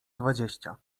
dwadzieścia